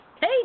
Hey